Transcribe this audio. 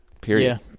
Period